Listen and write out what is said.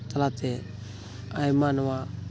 ᱛᱟᱞᱟᱛᱮ ᱟᱭᱢᱟ ᱱᱚᱣᱟ